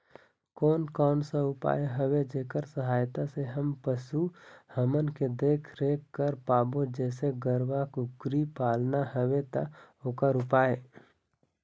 कोन कौन सा उपाय हवे जेकर सहायता से हम पशु हमन के देख देख रेख कर पाबो जैसे गरवा कुकरी पालना हवे ता ओकर उपाय?